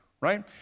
right